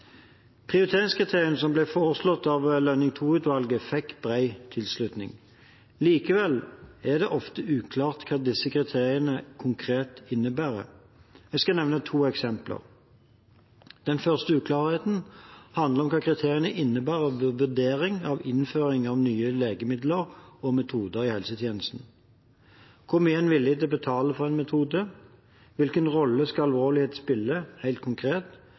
Prioriteringskriteriene som ble foreslått av Lønning II-utvalget, fikk bred tilslutning. Likevel er det ofte uklart hva disse kriteriene konkret innebærer. Jeg skal nevne to eksempler. Den første uklarheten handler om hva kriteriene innebærer ved vurdering av innføring av nye legemidler og metoder i helsetjenesten. Hvor mye er en villig til å betale for en metode? Hvilken rolle skal alvorlighet spille – helt konkret?